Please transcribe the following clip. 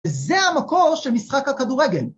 ‫וזה המקור של משחק הכדורגל.